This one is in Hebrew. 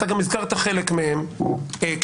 אתה גם הזכרת חלק מהן כדוגמאות,